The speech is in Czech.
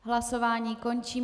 Hlasování končím.